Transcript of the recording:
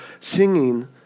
singing